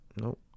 Nope